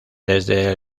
desde